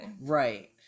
right